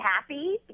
happy